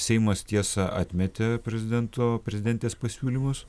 seimas tiesa atmetė prezidento prezidentės pasiūlymus